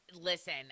Listen